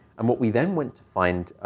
and what we then went to find,